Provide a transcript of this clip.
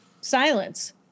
Silence